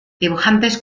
dibujantes